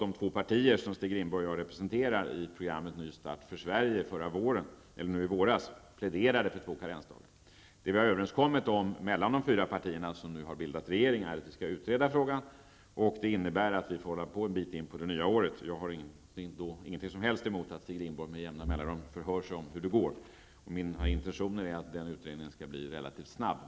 De två partier som Stig Rindborg och jag representerar pläderade i våras i programmet Ny start för Sverge för två karensdagar. Det vi har kommit överens om mellan de fyra partier som nu har bildat regering är att vi skall utreda frågan. Det innebär att vi får hålla på en bit in på det nya året. Jag har inget som helst emot att Stig Rindborg med jämna mellanrum förhör sig om hur det går. Mina intentioner är att den utredningen skall bli relativt snabb.